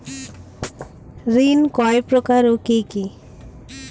ঋণ কয় প্রকার ও কি কি?